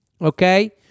okay